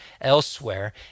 elsewhere